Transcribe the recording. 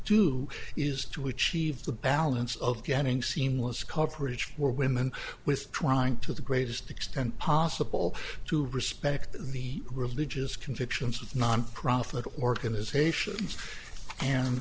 do is to achieve the balance of getting seamless coverage for women with trying to the greatest extent possible to respect the religious convictions of nonprofit organisations and